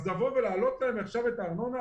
אז לבוא ולהעלות להם עכשיו את הארנונה?